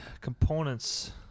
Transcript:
components